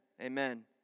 amen